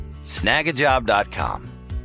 Snagajob.com